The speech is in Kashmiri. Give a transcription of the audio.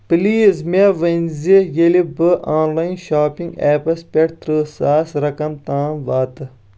پلیز مےٚ ؤنۍ زِ ییٚلہِ بہٕ آن لایِن شاپنگ ایپَس پٮ۪ٹھ ترٕٛہ ساس رقم تام واتہٕ